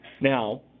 Now